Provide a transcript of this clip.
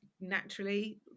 naturally